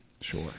Sure